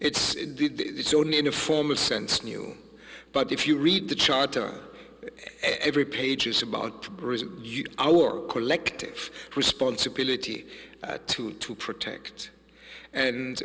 it's only in a formal sense new but if you read the charter every pages about our war collective responsibility to to protect and